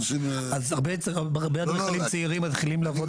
אז הרבה אדריכלים צעירים מתחילים לעבוד.